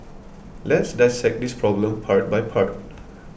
let's dissect this problem part by part